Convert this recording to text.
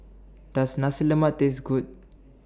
Does Nasi Lemak Taste Good